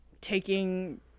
taking